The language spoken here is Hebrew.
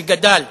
שגדל והתרחב,